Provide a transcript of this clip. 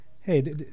hey